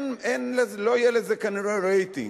לא יהיה לזה כנראה רייטינג.